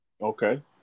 okay